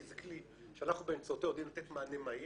כי זה כלי שאנחנו באמצעותו יודעים לתת מענה מהיר,